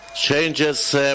changes